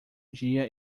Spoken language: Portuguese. dia